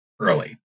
early